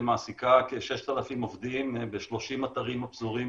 מעסיקה כ-6,000 עובדים ב-30 אתרים הפזורים